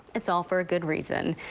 it's all for a good reason.